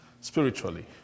spiritually